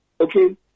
okay